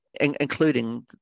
including